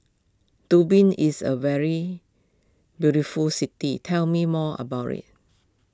Dublin is a very beautiful city tell me more about it